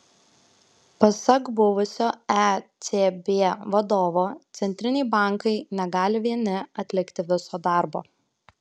pasak buvusio ecb vadovo centriniai bankai negali vieni atlikti viso darbo